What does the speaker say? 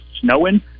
snowing